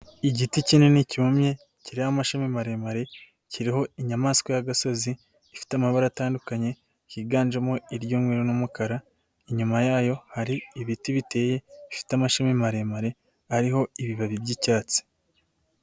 Igiti kinini cyumye, kiriho amashami maremare, kiriho inyamaswa y'agasozi, ifite amabara atandukanye, higanjemo iry'umweru n'umukara, inyuma yayo hari ibiti biteye bifite amashami maremare, ariho ibibabi by'icyatsi.